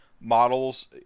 models